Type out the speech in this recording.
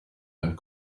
and